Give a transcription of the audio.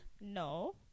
No